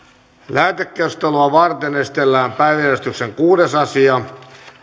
lähetekeskustelua varten esitellään päiväjärjestyksen kuudes asia